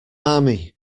army